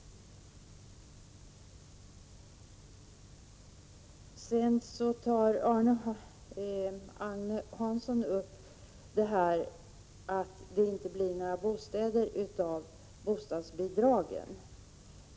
Agne Hansson pekar på att det inte blir några bostäder av bostadsbidragen.